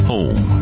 Home